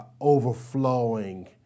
overflowing